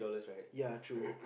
ya true